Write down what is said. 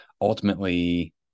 ultimately